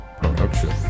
production